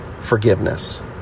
forgiveness